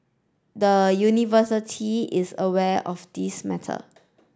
the University is aware of this matter